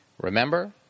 Remember